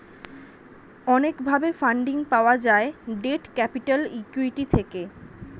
অনেক ভাবে ফান্ডিং পাওয়া যায় ডেট ক্যাপিটাল, ইক্যুইটি থেকে